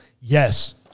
Yes